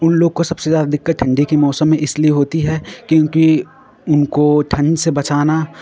उनलोगों को सबसे ज़्यादा दिक्कत ठण्डी के मौसम में इसलिए होती है क्योंकि उनको ठण्ड से बचाना